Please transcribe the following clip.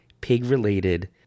pig-related